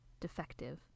defective